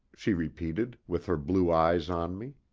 she repeated, with her blue eyes on me.